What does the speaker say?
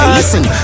listen